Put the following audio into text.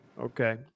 Okay